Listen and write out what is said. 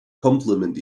complement